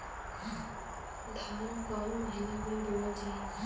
धान कवन महिना में बोवल जाई?